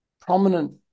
prominent